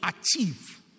achieve